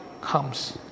comes